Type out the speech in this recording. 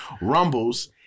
rumbles